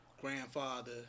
grandfather